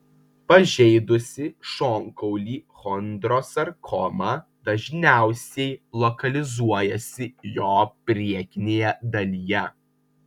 pažeidusi šonkaulį chondrosarkoma dažniausiai lokalizuojasi jo priekinėje dalyje